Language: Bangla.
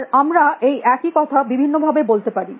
আর আমরা এই একই কথা বিভিন্ন ভবে বলতে পারি